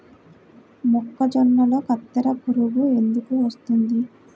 మొక్కజొన్నలో కత్తెర పురుగు ఎందుకు వస్తుంది?